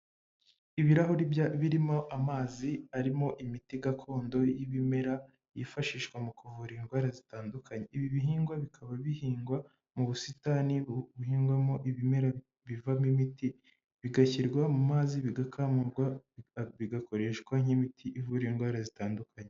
Ibirahuri birimo amazi arimo imiti gakondo y'ibimera, yifashishwa mu kuvura indwara zitandukanye. Ibi bihingwa bikaba bihingwa mu busitani buhingwamo ibimera bivamo imiti, bigashyirwa mu mazi bigakamurwa bigakoreshwa nk'imiti ivura indwara zitandukanye.